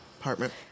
apartment